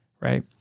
right